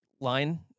line